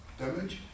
damage